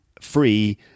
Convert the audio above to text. free